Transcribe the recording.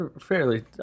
fairly